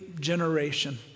generation